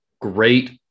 great